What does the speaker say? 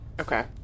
Okay